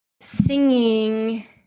singing